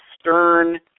stern